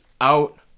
out